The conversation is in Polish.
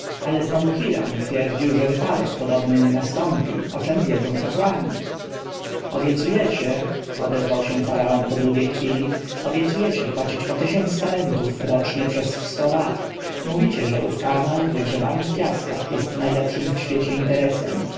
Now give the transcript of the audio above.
ale znowu hiram twierdził że wypadek podobny nie nastąpi o czem wiedzą kapłani obiecujecie odezwał się faraon po długiej chwili obiecujecie płacić po tysiąc talentów rocznie przez sto lat mówicie że ów kanał wygrzebany w piaskach jest najlepszym w świecie interesem